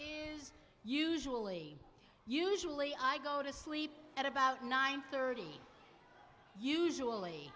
is usually usually i go to sleep at about nine thirty usually